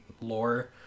lore